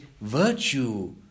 virtue